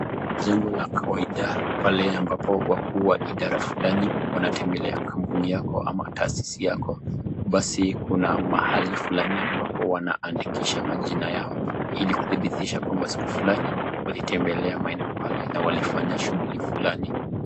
Jambo la kawaida pale ambapo wakuu wa idara fulani wanatembelea kampuni yako ama taasisi yako. Basi kuna mahali fulani ambapo wanaandikisha majina yao ili kudhibitisha kwamba siku fulani walitembelea maeneo pale na walifanya shughuli fulani.